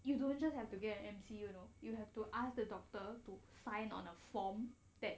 you don't just have to get them see you know you have to ask the doctor to sign on a form that